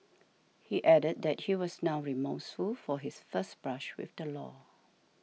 he added that he was now remorseful for his first brush with the law